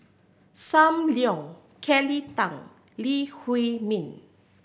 Sam Leong Kelly Tang Lee Huei Min